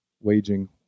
waging